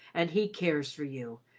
and he cares for you,